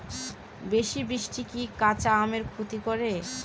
বেশি বৃষ্টি কি কাঁচা আমের ক্ষতি করে?